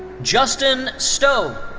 justin stowe.